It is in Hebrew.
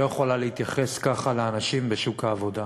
לא יכולה להתייחס ככה לאנשים בשוק העבודה.